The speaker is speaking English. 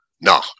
No